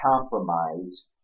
compromise